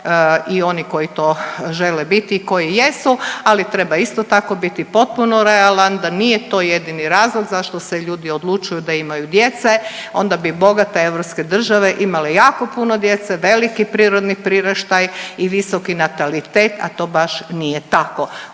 i oni koji to žele biti i koji jesu, ali treba isto tako biti potpuno realan da nije to jedini razlog zašto se ljudi odlučuju da imaju djece, onda bi bogate europske države imale jako puno djece, veliki prirodni priraštaj i visoki natalitet, a to baš nije tako.